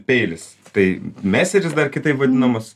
peilis tai meseris dar kitaip vadinamas